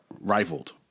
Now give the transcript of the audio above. rivaled